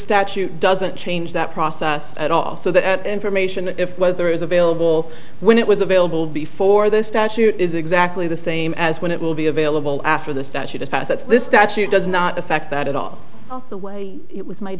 statute doesn't change that process at all so that information if whether is available when it was available before the statute is exactly the same as when it will be available after the statute is passed that's this statute does not affect that at all the way it was made